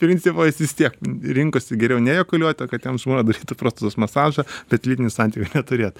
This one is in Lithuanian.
principo jis vis tiek rinkosi geriau ne ejakuliuot o kad jam žmona darytų prostatos masažą kad lytinių santykių neturėtų